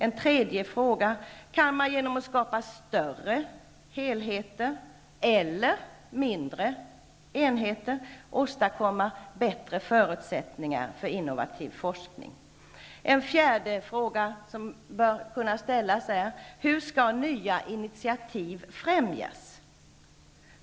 En tredje fråga är denna: Kan man genom att skapa större eller mindre enheter åstadkomma bättre förutsättningar för innovativ forskning? En fjärde fråga som kan ställas lyder: Hur skall nya initiativ främjas?